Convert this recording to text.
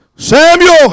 Samuel